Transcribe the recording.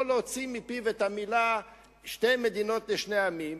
להוציא מפיו את המלים "שתי מדינות לשני עמים",